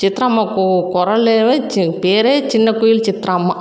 சித்ராம்மா கொ குரலேவே சி பேரே சின்னக் குயில் சித்ராம்மா